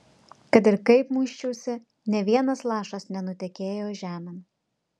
kad ir kaip muisčiausi nė vienas lašas nenutekėjo žemėn